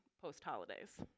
post-holidays